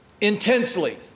intensely